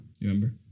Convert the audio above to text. remember